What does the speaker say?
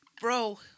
Bro